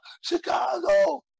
Chicago